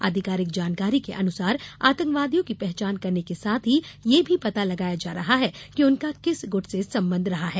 आधिकारिक जानकारी के अनुसार आतंकवादियों की पहचान करने के साथ ही यह भी पता लगाया जा रहा है कि उनका किस गुट से संबंध रहा है